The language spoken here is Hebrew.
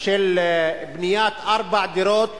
של בניית ארבע דירות